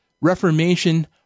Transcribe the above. reformation